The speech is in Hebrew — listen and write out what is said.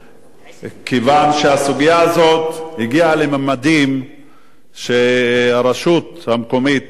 שהסוגיה הזאת הגיעה לממדים שהרשות המקומית שובתת,